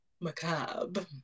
Macabre